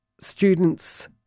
students